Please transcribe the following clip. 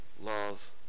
love